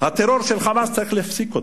הטרור של "חמאס", צריך להפסיק אותו.